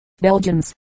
Belgians